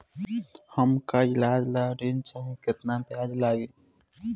हमका ईलाज ला ऋण चाही केतना ब्याज लागी?